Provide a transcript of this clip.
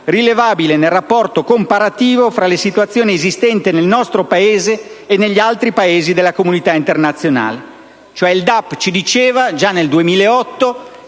rilevabile nel rapporto comparativo tra le situazioni esistenti nel nostro Paese e negli altri Paesi della comunità internazionale». Il DAP, cioè, ci diceva già nel 2008